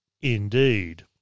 Indeed